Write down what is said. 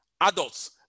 adults